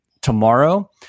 tomorrow